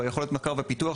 ביכולת מחקר ופיתוח,